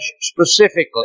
specifically